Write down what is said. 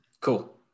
Cool